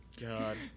God